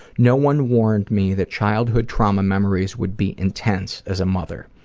no one warned me that childhood trauma memories would be intense as a mother.